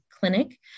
clinic